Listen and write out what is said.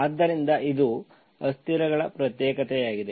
ಆದ್ದರಿಂದ ಇದು ಅಸ್ಥಿರಗಳ ಪ್ರತ್ಯೇಕತೆಯಾಗಿದೆ